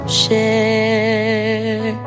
share